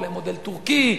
אולי מודל טורקי,